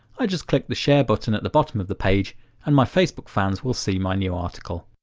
i just click the share button at the bottom of the page and my facebook fans will see my new article.